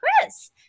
Chris